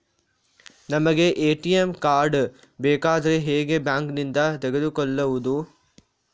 ನಮಗೆ ATM card ಬೇಕಾದ್ರೆ ಹೇಗೆ ಬ್ಯಾಂಕ್ ನಿಂದ ತೆಗೆದುಕೊಳ್ಳುವುದು?